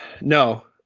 No